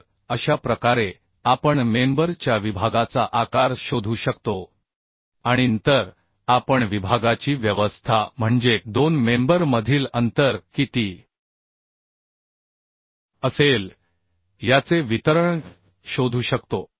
तर अशा प्रकारे आपण मेंबर च्या विभागाचा आकार शोधू शकतो आणि नंतर आपण विभागाची व्यवस्था म्हणजे दोन मेंबर मधील अंतर किती असेल याचे वितरण शोधू शकतो